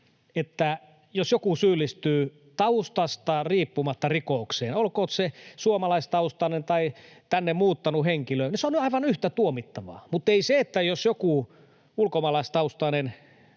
että jos joku syyllistyy taustastaan riippumatta rikokseen, olkoon hän suomalaistaustainen tai tänne muuttanut henkilö, niin se on aivan yhtä tuomittavaa, mutta ei se, että joku ulkomaalaistaustainen,